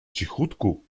cichutku